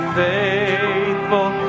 faithful